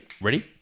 ready